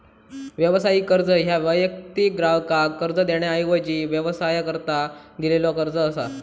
व्यावसायिक कर्ज ह्या वैयक्तिक ग्राहकाक कर्ज देण्याऐवजी व्यवसायाकरता दिलेलो कर्ज असा